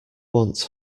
want